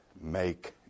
make